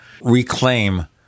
reclaim